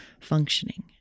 functioning